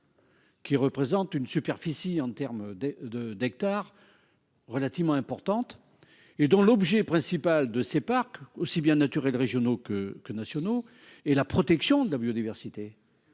Qui représente une superficie en terme de de d'hectares. Relativement importante et dont l'objet principal de ces parcs aussi bien naturels régionaux que que nationaux et la protection de la biodiversité.